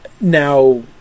Now